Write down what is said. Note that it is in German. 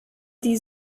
die